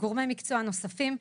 וגורמי מקצוע נוספים.